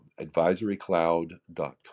advisorycloud.com